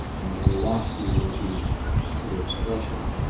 the more lofty will be your expression.